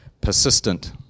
Persistent